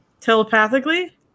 Telepathically